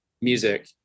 music